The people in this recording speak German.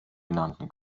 genannten